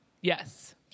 Yes